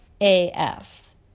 AF